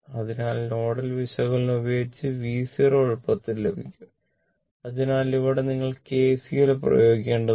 അതിനാൽ നോഡൽ വിശകലനം ഉപയോഗിച്ച് V 0 എളുപ്പത്തിൽ ലഭിക്കും അതിനാൽ ഇവിടെ നിങ്ങൾ കെസിഎൽ പ്രയോഗിക്കേണ്ടതുണ്ട്